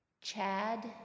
Chad